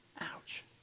Ouch